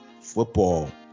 football